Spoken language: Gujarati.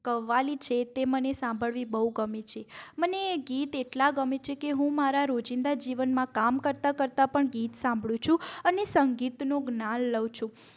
કવ્વાલી છે તે મને સાંભળવી બહુ ગમે છે મને ગીત એટલાં ગમે છે કે હું મારાં રોજિંદા જીવનમાં કામ કરતાં કરતાં પણ ગીત સાંભળું છું અને સંગીતનું જ્ઞાન લઉં છું